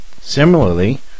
Similarly